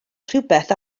rhywbeth